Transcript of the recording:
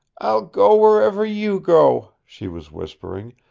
i'll go wherever you go, she was whispering,